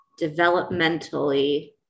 developmentally